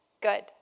good